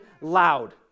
loud